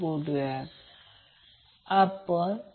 आणि phase voltage प्रत्यक्षात p आहे असे समजा